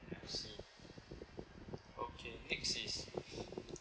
I see okay next is